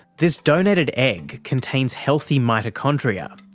this donated egg contains healthy mitochondria,